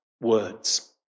words